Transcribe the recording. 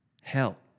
hell